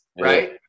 right